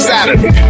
Saturday